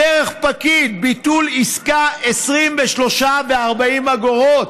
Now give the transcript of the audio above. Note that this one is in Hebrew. דרך פקיד, ביטול עסקה, 23.40 שקל.